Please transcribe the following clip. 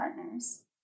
partners